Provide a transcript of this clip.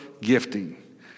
gifting